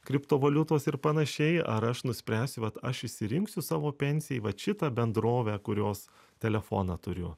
kriptovaliutos ir panašiai ar aš nuspręsiu vat aš išsirinksiu savo pensijai vat šitą bendrovę kurios telefoną turiu